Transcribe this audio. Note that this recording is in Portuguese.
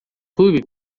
clube